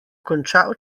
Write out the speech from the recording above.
končal